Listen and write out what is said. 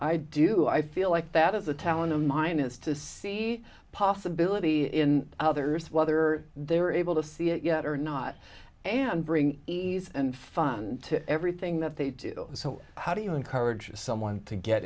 i do i feel like that is a talent of mine is to see possibility in others whether they're able to see it yet or not and bring easy and fun to everything that they do so how do you encourage someone to get